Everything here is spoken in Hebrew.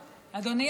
ושלמים.